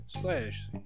Slash